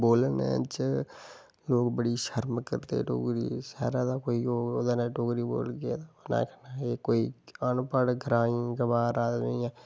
बोलने च लोक बड़ी शर्म करदे डोगरी तां एह्दे नै ओह् डोगरी बोलदे तां ओह् आक्खना कि कोई अनपढ़ ग्रांईं गवार आए दा कोई